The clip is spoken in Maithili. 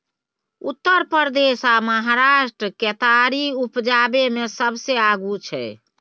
उत्तर प्रदेश आ महाराष्ट्र केतारी उपजाबै मे सबसे आगू छै